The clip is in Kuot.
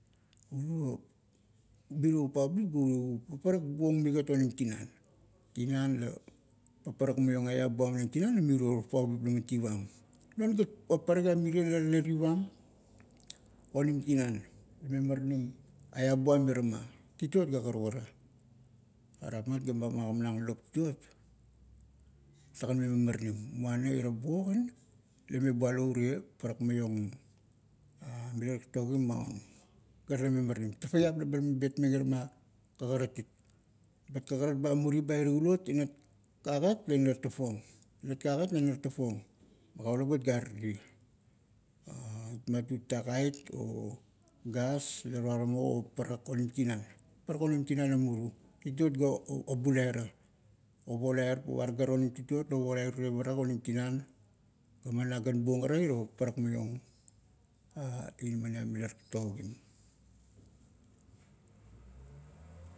Mirio, mirio upaubip ga paparak buong migat onim tinan. Tinan la, paparak maiong eap buam onim tinan la mirio upaubip laman tivam. Non gat paparakiap mirie la tale tivam, onim tinan, me maranim eap buam irama. Tituot ga karukara, are rapmat gaba magamanang lop tituot, talegan me maranim. Muana ira buo gan, la ime bualo urie parak maiong mila taktogim maun, ga tale me maranim, tafaiap laba man betmeng irama kagarat it. Bat kagarat ba muri ba irie kulot, inat kagat la inar tafong, inat kagat, inar tafong, magaulup gat gare rie utmat u tutak ait o gas la tuaramo o parak onim tinan, gaman nagan buong ara iro parak maiong inamaniap mila taktogim.